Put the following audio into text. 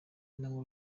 intambwe